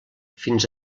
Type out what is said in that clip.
fins